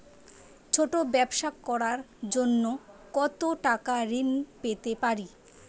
ছোট ব্যাবসা করার জন্য কতো টাকা ঋন পেতে পারি?